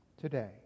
today